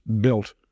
built